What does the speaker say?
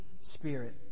spirit